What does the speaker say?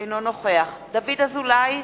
אינו נוכח דוד אזולאי,